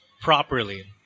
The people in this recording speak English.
properly